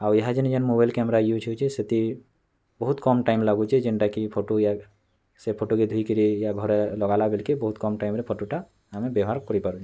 ଆଉ ଇହାଯେନ୍ ଯେନ୍ ମୋବାଇଲ୍ କ୍ୟାମେରା ୟୁଜ୍ ହେଉଛି ସେଥି ବହୁତ୍ କମ୍ ଟାଇମ୍ ଲାଗୁଛି ଯେଣ୍ଟାକି ଫୋଟୋ ୟା ସେ ଫୋଟୋକେ ଧୋଇକରି ଇଏ ଘରେ ଲଗାଲା ବେଲ୍କେ ବହୁତ୍ କମ୍ ଟାଇମ୍ରେ ଫୋଟାଟା ଆମେ ବ୍ୟବହାର୍ କରିପାରୁ